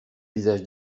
visage